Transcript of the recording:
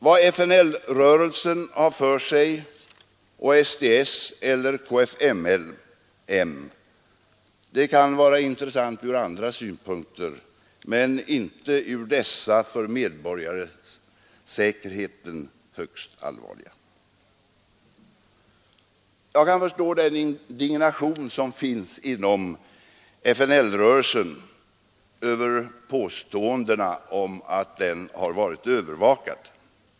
Vad FNL-rörelsen, SDS eller kfml har för sig kan vara intressant ur andra synpunkter men inte ur dessa, för medborgarsäkerheten högst allvarliga synpunkter. Jag kan förstå den indignation som väckts inom FNL-rörelsen inför påståendena att den varit övervakad.